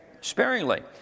sparingly